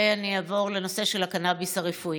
ואני אעבור לנושא של הקנביס הרפואי.